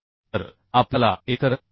तर आपल्याला एकतर 7